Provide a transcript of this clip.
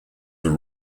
were